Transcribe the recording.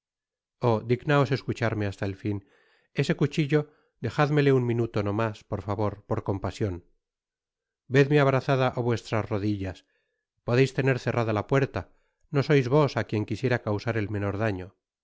dignaos escucharme hasta el fin ese cichillo dejádmele un minuto no mas por favor por compasion vedme abrazada á vuestras rodillas podeis tener cerrada la puerta no sois vos á quien quisiera causar el menor daño